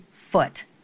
foot